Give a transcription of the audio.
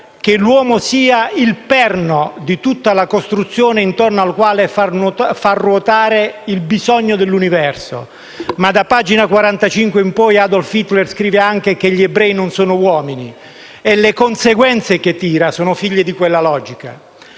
che l'uomo sia il perno di tutta la costruzione attorno alla quale far ruotare l'universo, ma da pagina 45 in poi Adolf Hitler scrive anche che gli ebrei non sono uomini e le conseguenze che trae sono figlie di quella logica.